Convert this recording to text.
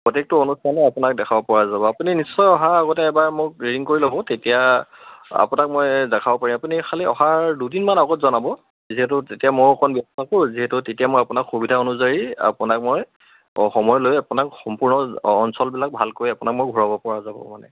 প্ৰত্যেকটো অনুষ্ঠানে আপোনাক দেখুৱাপৰা যাব আপু নিশ্চয় অহাৰ আগতে এবাৰ মোক ৰিং কৰি ল'ব তেতিয়া আপোনাক মই দেখুৱাব পাৰিম আপুনি খালি অহাৰ দুদিনমান আগত জনাব যিহেতু তেতিয়া ময়ো অকণ ব্যস্ত থাকোঁ যিহেতু তেতিয়া মই আপোনাক সুবিধা অনুযায়ী আপোনাক মই সময় লৈ আপোনাক সম্পূৰ্ণ অঞ্চলবিলাক ভালকৈ আপোনাক মই ঘূৰাবপৰা যাব মানে